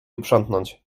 uprzątnąć